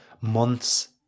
months